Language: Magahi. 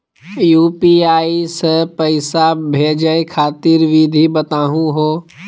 यू.पी.आई स पैसा भेजै खातिर विधि बताहु हो?